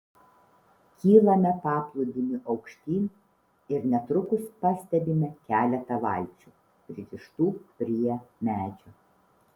kylame paplūdimiu aukštyn ir netrukus pastebime keletą valčių pririštų prie medžio